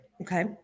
Okay